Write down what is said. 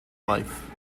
life